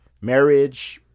marriage